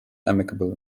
amicable